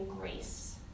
grace